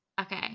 Okay